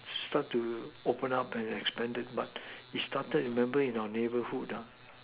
start to open up and expanded but it started remember in our neighbourhood ah